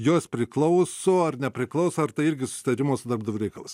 jos priklauso ar nepriklauso ar tai irgi susitarimo su darbdaviu reikalas